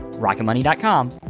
rocketmoney.com